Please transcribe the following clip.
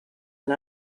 and